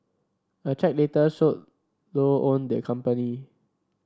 a check later showed Low owned the company